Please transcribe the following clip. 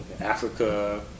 Africa